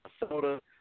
Minnesota